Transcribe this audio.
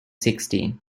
sixteen